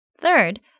Third